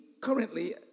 currently